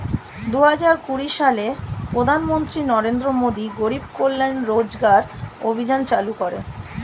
দুহাজার কুড়ি সালে প্রধানমন্ত্রী নরেন্দ্র মোদী গরিব কল্যাণ রোজগার অভিযান চালু করেন